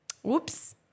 Whoops